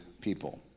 people